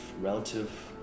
relative